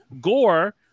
Gore